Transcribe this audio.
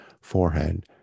forehead